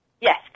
Yes